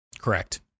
Correct